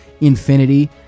Infinity